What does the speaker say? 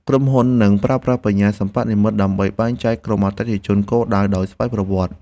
ក្រុមហ៊ុននឹងប្រើប្រាស់ បញ្ញាសិប្បនិម្មិត ដើម្បីបែងចែកក្រុមអតិថិជនគោលដៅដោយស្វ័យប្រវត្តិ។